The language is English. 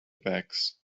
backs